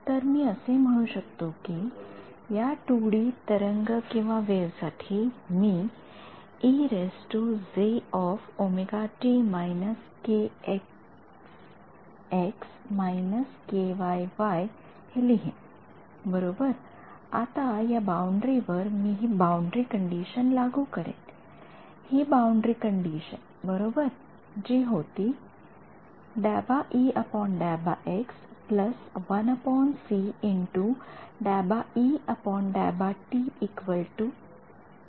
तर मी असे म्हणू शकतो कि या टू २ डी तरंगवेव्ह साठी मी हे लिहीन बरोबर आणि आता या बाउंडरी वर मी हि बाउंडरी कंडिशन लागू करेन हि बाउंडरी कंडिशन बरोबर जी होती